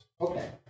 Okay